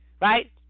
right